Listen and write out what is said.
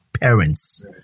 parents